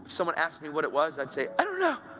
someone asked me what it was, i'd say, i don't know.